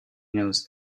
knows